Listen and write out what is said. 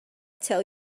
tell